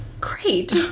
great